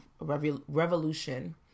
revolution